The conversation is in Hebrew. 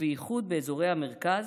ובייחוד באזורי המרכז.